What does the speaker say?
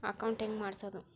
Account ಹೆಂಗ್ ಮಾಡ್ಸೋದು?